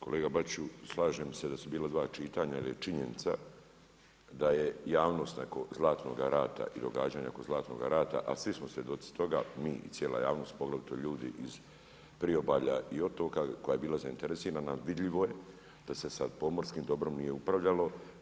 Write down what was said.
Kolega Bačiću, slažem se da su bila dva čitanja, jer je činjenica da je javnost onako Zlatnoga rata i događanja oko Zlatnoga rata, a svi smo svjedoci toga, mi cijela javnost, pogotovo ljudi iz priobalja i otoka, koja je bila zainteresirana, vidljivo je da se pomorskim dobrom nije upravljalo.